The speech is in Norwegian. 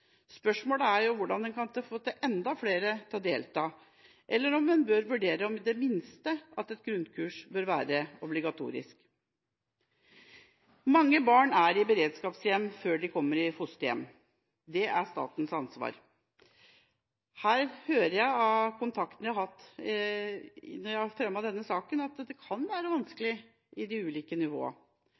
Spørsmålet er hvordan en kan få enda flere til å delta, eller om en bør vurdere om i det minste et grunnkurs burde være ob1igatorisk Mange barn er i beredskapshjem før de kommer i fosterhjem. Det er statens ansvar. Når jeg har fremmet denne saken, hører jeg at kontakten mellom de ulike nivåene kan være vanskelig. All kommunikasjon skal gå gjennom Bufetat, mens viktig informasjon om den tida barnet har vært i